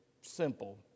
simple